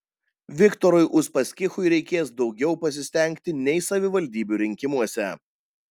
viktorui uspaskichui reikės daugiau pasistengti nei savivaldybių rinkimuose